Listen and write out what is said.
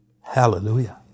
Hallelujah